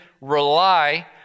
rely